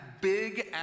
big